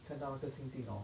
看到那个星星 orh